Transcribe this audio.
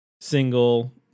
single